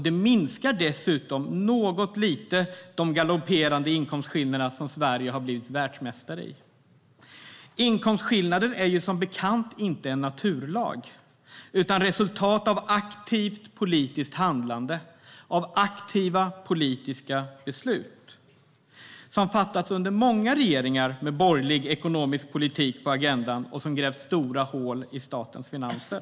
Det minskar dessutom lite grann de galopperande inkomstskillnader som Sverige har blivit världsmästare i. Inkomstskillnader är som bekant inte en naturlag utan resultat av ett aktivt politiskt handlande och av aktiva politiska beslut som har fattats under många regeringar med borgerlig ekonomisk politik på agendan och som grävt stora hål i statens finanser.